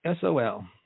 SOL